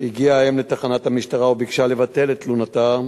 הגיעה האם לתחנת המשטרה וביקשה לבטל את תלונתה,